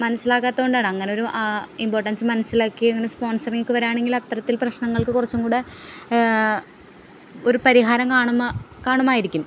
മനസിലാക്കാത്തതുകൊണ്ടാണ് അങ്ങനൊരു ആ ഇമ്പോർട്ടൻസ് മനസിലാക്കി അങ്ങനെ സ്പോൺസറിങ്ങൊക്കെ വരികയാണെങ്കില് അത്തരത്തിൽ പ്രശ്നങ്ങൾക്ക് കുറച്ചുംകൂടെ ഒരു പരിഹാരം കാണുമായിരിക്കും